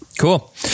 Cool